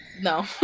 no